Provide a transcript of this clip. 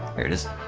it isn't